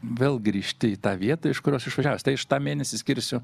vėl grįžti į tą vietą iš kurios išvažiavęs tai aš tą mėnesį skirsiu